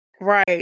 Right